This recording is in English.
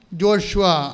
joshua